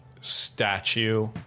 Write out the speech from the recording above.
statue